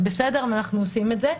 זה בסדר, אנחנו עושים את זה.